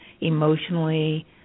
emotionally